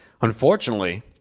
unfortunately